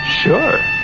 Sure